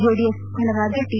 JDS ಮುಖಂಡರಾದ T